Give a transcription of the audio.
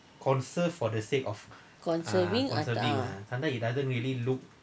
conserving atau err uh